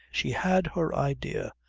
she had her idea,